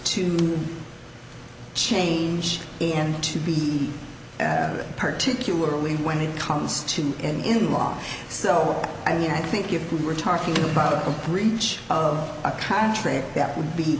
to change and to be particularly when it comes to an in law so i mean i think if we were talking about a breach of a contract that would be